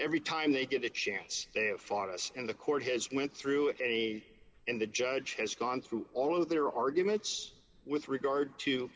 every time they get a chance fought us and the court has went through it any and the judge has gone through all of their arguments with regard to